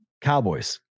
Cowboys